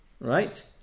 Right